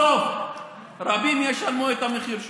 בסוף רבים ישלמו את המחיר שלה.